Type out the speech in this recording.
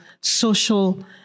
social